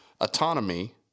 autonomy